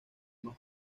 más